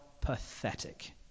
pathetic